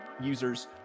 users